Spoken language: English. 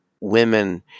women